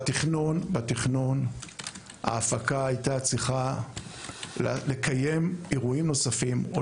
בתכנון ההפקה הייתה צריכה לקיים אירועים נוספים או